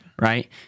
Right